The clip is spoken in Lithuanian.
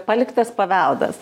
paliktas paveldas